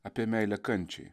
apie meilę kančiai